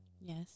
Yes